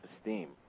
esteem